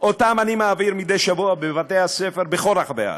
שאני מעביר בבתי-הספר בכל רחבי הארץ.